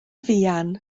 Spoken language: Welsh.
fuan